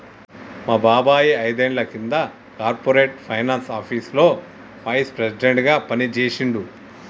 మా బాబాయ్ ఐదేండ్ల కింద కార్పొరేట్ ఫైనాన్స్ ఆపీసులో వైస్ ప్రెసిడెంట్గా పనిజేశిండు